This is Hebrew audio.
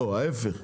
לא, ההיפך.